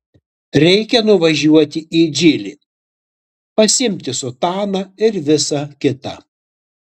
reikia nuvažiuoti į džilį pasiimti sutaną ir visa kita